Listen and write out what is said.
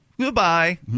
goodbye